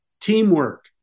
Teamwork